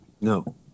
No